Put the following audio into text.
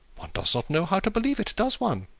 one does not know how to believe it does one?